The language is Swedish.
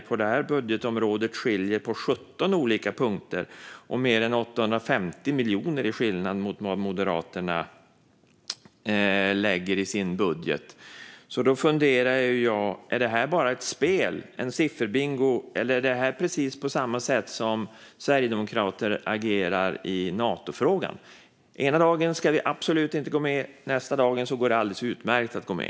På det här budgetområdet skiljer man sig på 17 olika punkter, och skillnaden är mer än 800 miljoner jämfört med vad Moderaterna lägger i sin budget. Då funderar jag: Är detta bara ett spel och en sifferbingo? Eller är det på samma sätt som Sverigedemokraterna har agerat i Natofrågan - ena dagen ska vi absolut inte gå med, nästa dag går det alldeles utmärkt att gå med?